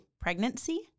pregnancy